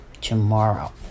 tomorrow